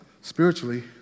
spiritually